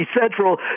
Central